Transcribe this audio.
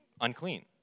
unclean